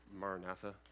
Maranatha